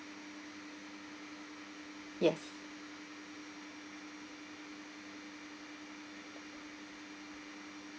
yes